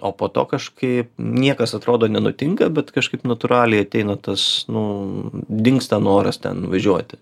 o po to kažkaip niekas atrodo nenutinka bet kažkaip natūraliai ateina tas nu dingsta noras ten važiuoti